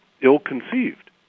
ill-conceived